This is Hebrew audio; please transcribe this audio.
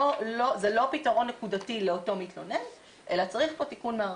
שזה לא פתרון נקודתי לאותו מתלונן אלא צריך פה תיקון מערכתי.